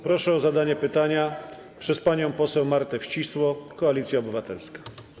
Proszę o zadanie pytania panią poseł Martę Wcisło, Koalicja Obywatelska.